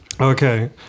Okay